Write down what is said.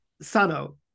Sano